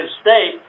state